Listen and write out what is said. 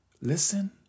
Listen